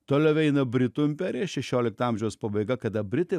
toliau eina britų imperija šešiolikto amžiaus pabaiga kada britai